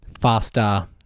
faster